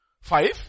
five